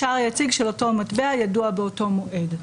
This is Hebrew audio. השער היציג של אותו מטבע ידוע באותו מועד".